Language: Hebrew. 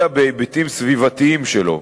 אלא בהיבטים סביבתיים שלו.